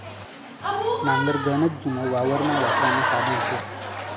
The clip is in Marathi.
नांगर गनच जुनं वावरमा वापरानं साधन शे